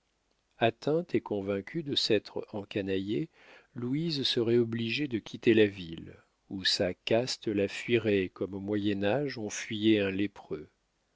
atteinte et convaincue de s'être encanaillée louise serait obligée de quitter la ville où sa caste la fuirait comme au moyen-age on fuyait un lépreux